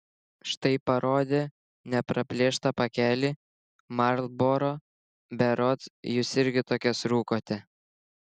štai parodė nepraplėštą pakelį marlboro berods jūs irgi tokias rūkote